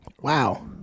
wow